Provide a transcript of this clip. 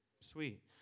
Sweet